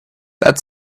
that